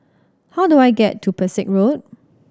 how do I get to Pesek Road